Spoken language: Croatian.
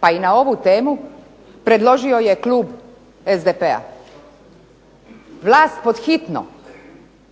pa i na ovu temu predložio je klub SDP-a. Vlast pod hitno